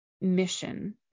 mission